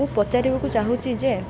ମୁଁ ପଚାରିବାକୁ ଚାହୁଛି ଯେ